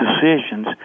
decisions